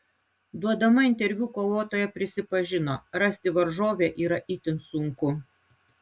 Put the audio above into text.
duodama interviu kovotoja prisipažino rasti varžovę yra itin sunku